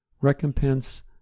Recompense